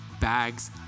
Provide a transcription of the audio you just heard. bags